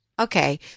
Okay